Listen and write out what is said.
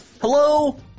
Hello